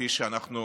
כפי שאנחנו